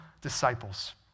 disciples